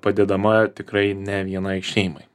padėdama tikrai ne vienai šeimai